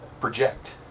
Project